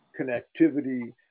connectivity